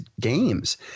games